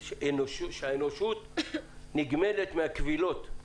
אנחנו בעידן בו האנושות נגמלת מהכבילות,